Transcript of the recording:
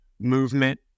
movement